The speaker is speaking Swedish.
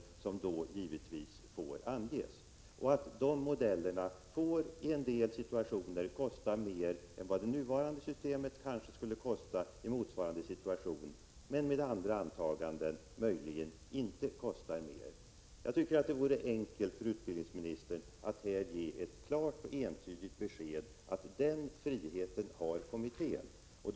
Dessa modeller skulle i en del situationer få kosta mer än vad det nuvarande systemet kanske kommer att kosta i motsvarande situation, men de skulle möjligen med andra antaganden inte behöva kosta mer. Det borde vara enkelt för utbildningsministern att här ge ett klart och entydigt besked att kommittén har en sådan frihet.